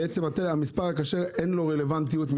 הוא שלמספר הכשר אין יותר רלוונטיות.